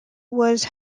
was